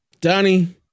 Donnie